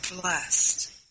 blessed